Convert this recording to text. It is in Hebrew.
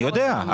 אני יודע.